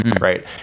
Right